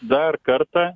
dar kartą